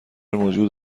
موجود